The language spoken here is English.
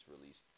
released